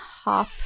hop